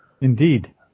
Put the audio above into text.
Indeed